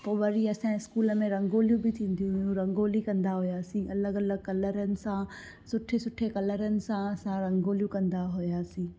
पोइ वरी असांजे स्कूल में रंगोलियूं बि थींदियूं हुयूं रंगोली कंदा हुआसीं अलॻि अलॻि कलरनि सां सुठे सुठे कलरनि सां असां रंगोलियूं कंदा हुआसीं